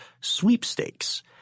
Sweepstakes